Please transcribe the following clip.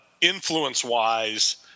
influence-wise